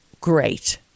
great